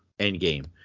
Endgame